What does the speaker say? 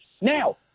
Now